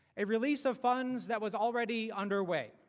a release of funds that was already underway.